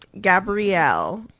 gabrielle